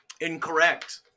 Incorrect